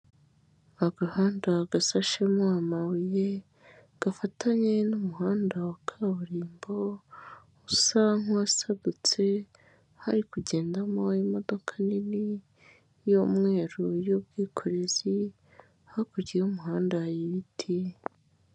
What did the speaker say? Agahanda gasashemo amabuye gafatanye n'umuhanda wa kaburimbo usa nk'uwasadutse, hari kugendamo imodoka nini y'umweru y'ubwikorezi, hakurya y'umuhanda hari ibiti.